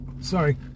Sorry